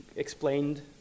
Explained